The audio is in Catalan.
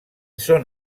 són